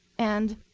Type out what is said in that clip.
and